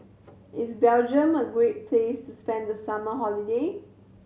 is Belgium a great place to spend the summer holiday